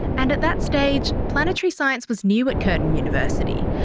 and at that stage planetary science was new at curtin university.